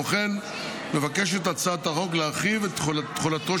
כמו כן מבקשת הצעת החוק להרחיב את תחולתו